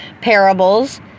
parables